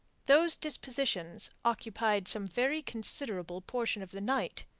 those dispositions occupied some very considerable portion of the night.